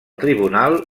tribunal